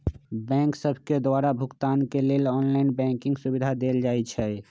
bank सभके द्वारा भुगतान के लेल ऑनलाइन बैंकिंग के सुभिधा देल जाइ छै